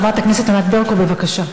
חברת הכנסת ענת ברקו, בבקשה.